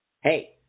hey